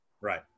right